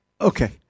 Okay